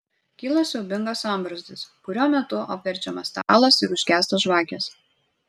kyla siaubingas sambrūzdis kurio metu apverčiamas stalas ir užgęsta žvakės